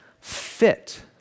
fit